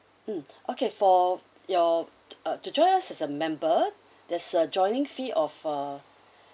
mm okay for your uh to join us as a member that's a joining fee of uh